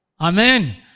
Amen